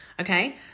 Okay